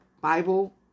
Bible